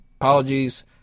apologies